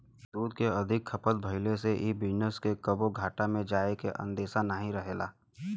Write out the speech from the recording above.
दूध के अधिका खपत भइले से इ बिजनेस के कबो घाटा में जाए के अंदेशा नाही रहेला